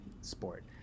sport